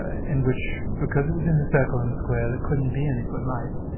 in which because it was in the circle in the square, there couldn't be any footlights,